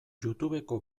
youtubeko